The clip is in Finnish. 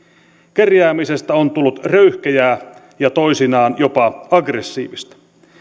kerjäämisestä on tullut röyhkeää ja toisinaan jopa aggressiivista